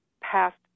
past